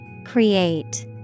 Create